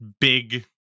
big